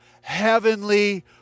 heavenly